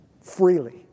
freely